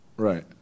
Right